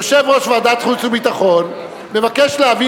יושב-ראש ועדת החוץ והביטחון מבקש להביא